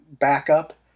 backup